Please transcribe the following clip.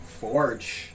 Forge